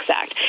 act